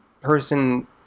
person